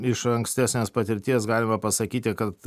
iš ankstesnės patirties galime pasakyti kad